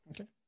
Okay